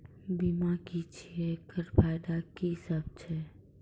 बीमा की छियै? एकरऽ फायदा की सब छै?